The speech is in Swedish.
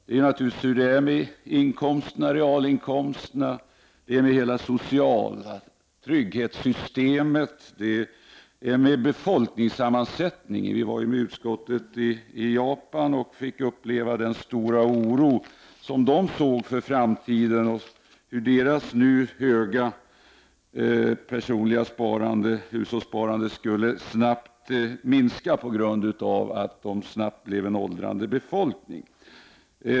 Detta påverkas av realinkomsterna, av hela det sociala trygghetssystemet och av befolkningens sammansättning. Vi var med utskottet i Japan och fick uppleva den stora oro man där kände inför framtiden, eftersom man trodde att Japans nu höga personliga sparande, hushållssparande, snabbt skulle minska på grund av att japanerna snabbt blev en åldrad befolkning.